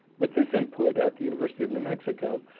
with this input at the university of new mexico,